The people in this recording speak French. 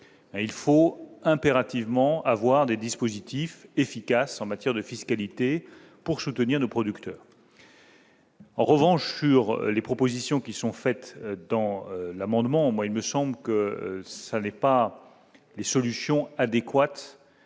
il faut impérativement avoir des dispositifs efficaces en matière de fiscalité pour soutenir nos producteurs. En revanche, sur les propositions qui sont faites dans l'amendement, moi il me semble que ça n'est pas les solutions adéquates